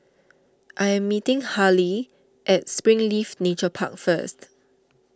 I am meeting Haleigh at Springleaf Nature Park first